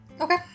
Okay